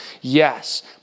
yes